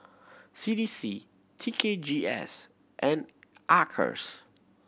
C D C T K G S and Acres